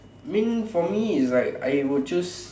mean for me is like I will choose